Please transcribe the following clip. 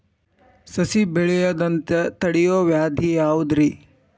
ಸಸಿ ಬೆಳೆಯದಂತ ತಡಿಯೋ ವ್ಯಾಧಿ ಯಾವುದು ರಿ?